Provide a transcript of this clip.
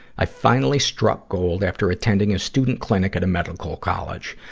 i finally struck gold after attending a student clinic at a medical college.